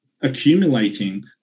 accumulating